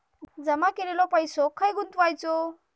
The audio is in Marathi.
जमा केलेलो पैसो खय गुंतवायचो?